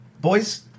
boys